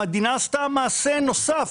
המדינה עשתה מעשה נוסף,